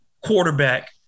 quarterback